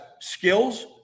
skills